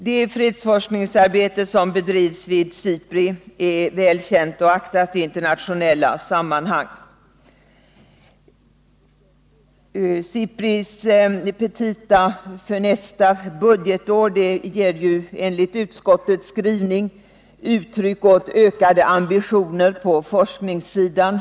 Det fredsforskningsarbete som bedrivs vid SIPRI är väl känt och aktat i internationella sammanhang. SIPRI:s petita för nästa budgetår ger enligt utskottets skrivning uttryck åt ökade ambitioner på forskningssidan.